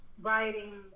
writing